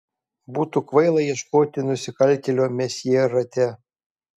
būtų kvaila ieškoti nusikaltėlio mesjė rate